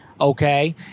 okay